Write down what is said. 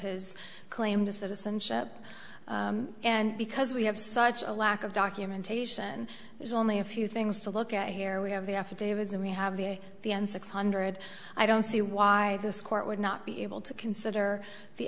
his claim to citizenship and because we have such a lack of documentation there's only a few things to look at here we have the affidavits and we have the the end six hundred i don't see why this court would not be able to consider the